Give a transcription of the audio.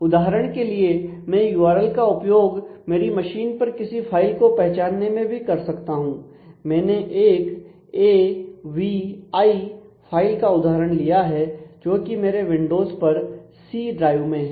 उदाहरण के लिए मैं यूआरएल का उपयोग मेरी मशीन पर किसी फाइल को पहचानने में भी कर सकता हूं मैंने एक ए वी आई पर सी ड्राइव में है